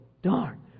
Darn